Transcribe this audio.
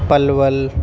Palwal